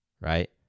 right